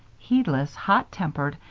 heedless, hot-tempered,